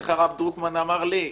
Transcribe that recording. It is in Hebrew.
איך הרב דרוקמן אמר לי?